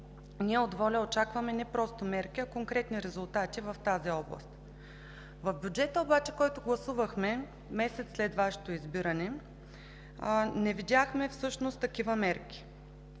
ние от ВОЛЯ очакваме не просто мерки, а конкретни резултати в тази област. В бюджета обаче, който гласувахме месец след Вашето избиране, не видяхме такива мерки.